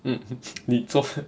mm 你做